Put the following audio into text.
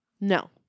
no